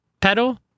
pedal